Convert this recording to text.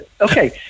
Okay